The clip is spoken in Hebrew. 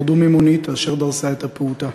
ירדו ממונית אשר דרסה את הפעוטה.